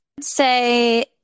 say